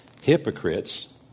hypocrites